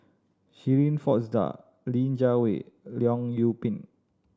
Shirin Fozdar Li Jiawei Leong Yoon Pin